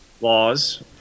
laws